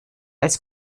als